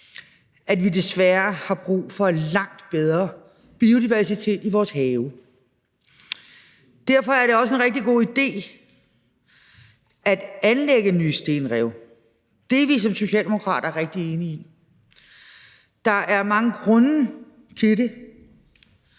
at vi desværre har brug for en lang bedre biodiversitet i vores have. Derfor er det også en rigtig god idé at anlægge nye stenrev – det er vi som socialdemokrater rigtig enige i. Der er mange grunde til det.